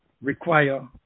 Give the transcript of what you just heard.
require